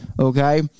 Okay